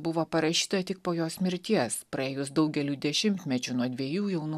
buvo parašyta tik po jos mirties praėjus daugeliui dešimtmečių nuo dviejų jaunų